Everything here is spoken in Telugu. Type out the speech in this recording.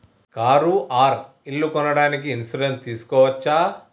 కారు ఆర్ ఇల్లు కొనడానికి ఇన్సూరెన్స్ తీస్కోవచ్చా?